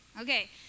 Okay